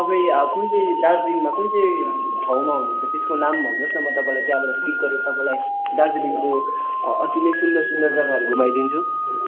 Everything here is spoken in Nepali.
तपाईँ कुन चाहिँ दार्जिलिङमा कुन चाहिँ ठाउँमा हुनु हुन्छ त्यसको नाम भन्नु होस् न म तपाईँलाई त्यहाँबाट पिक गरेर तपाईँलाई दार्जिलिङको अति नै सुन्दर सुन्दर जगाहरू घुमाइदिन्छु